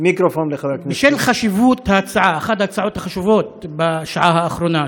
בשל חשיבות ההצעה אחת ההצעות החשובות בשעה האחרונה,